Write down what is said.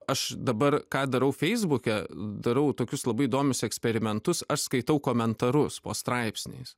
aš dabar ką darau feisbuke darau tokius labai įdomius eksperimentus aš skaitau komentarus po straipsniais